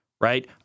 right